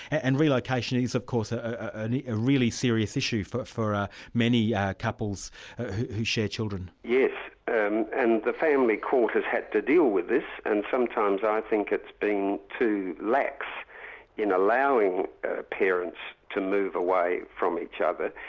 and relocation is of course ah ah a really serious issue for for many yeah couples who share children. yes. and and the family court has had to deal with this, and sometimes i think it's been too lax in allowing parents to move away from each other.